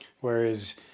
whereas